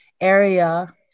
area